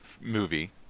movie